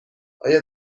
آیا